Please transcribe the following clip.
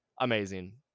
Amazing